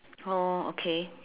oh okay